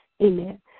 Amen